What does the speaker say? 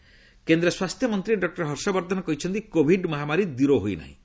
Harshvardhan health day କେନ୍ଦ୍ର ସ୍ୱାସ୍ଥ୍ୟମନ୍ତ୍ରୀ doctor Harshvardhan କହିଛନ୍ତି କୋଭିଡ ମହାମାରୀ ଦୂର ହୋଇନାହିଁ